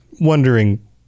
wondering